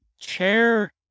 chair